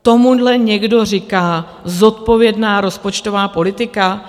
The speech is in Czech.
Tomuhle někdo říká zodpovědná rozpočtová politika?